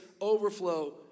overflow